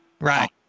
right